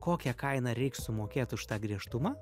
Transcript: kokią kainą reiks sumokėt už tą griežtumą